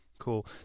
Cool